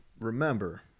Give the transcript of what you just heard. remember